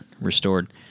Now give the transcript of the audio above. restored